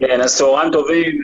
צוהריים טובים,